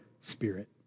spirit